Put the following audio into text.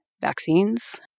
vaccines